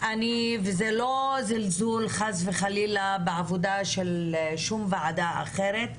זה חס וחלילה לא זלזול בעבודה של שום ועדה אחרת,